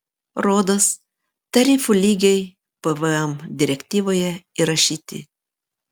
rodos tarifų lygiai pvm direktyvoje įrašyti